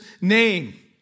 name